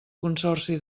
consorci